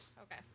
Okay